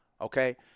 Okay